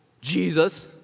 Jesus